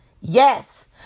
Yes